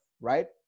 Right